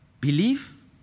believe